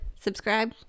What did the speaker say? subscribe